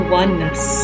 oneness